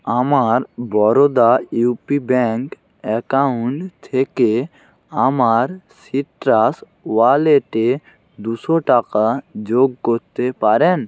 আমার Baroda U P bank account থেকে আমার সিট্রাস ওয়ালেটে দুশো টাকা যোগ করতে পারেন